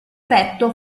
petto